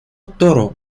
toro